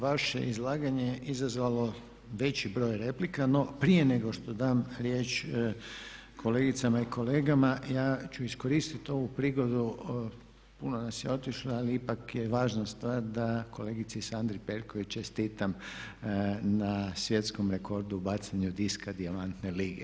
Vaše izlaganje je izazvalo veći broj replika no prije nego što dam riječ kolegicama i kolegama ja ću iskoristiti ovu prigodu, puno nas je otišlo ali ipak je važna stvar da kolegici Sandri Perković čestitam na svjetskom rekordu u bacanju diska Dijamante lige.